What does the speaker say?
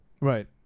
Right